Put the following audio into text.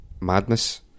madness